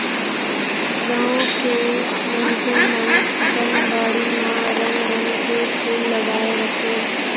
गॉंव के मनसे मन अपन बाड़ी म रंग रंग के फूल लगाय रथें